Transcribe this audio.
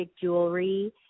jewelry